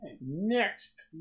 Next